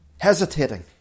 Hesitating